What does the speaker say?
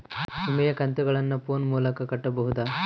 ವಿಮೆಯ ಕಂತುಗಳನ್ನ ಫೋನ್ ಮೂಲಕ ಕಟ್ಟಬಹುದಾ?